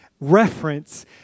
reference